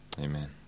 Amen